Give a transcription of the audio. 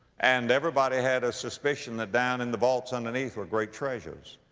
and everybody had a suspicion that down in the vaults underneath were great treasures.